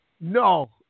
No